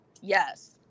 Yes